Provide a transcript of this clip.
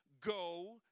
go